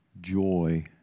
joy